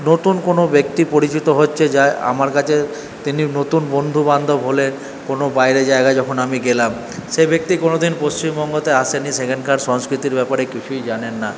নতুন কোন ব্যক্তি পরিচিত হচ্ছে যার আমার কাছে তিনি নতুন বন্ধু বান্ধব হলে কোন বাইরে জায়গা যখন আমি গেলাম সে ব্যক্তি কোনদিন পশ্চিমবঙ্গতে আসেনি সেখানকার সংস্কৃতির ব্যাপারে কিছুই জানেন না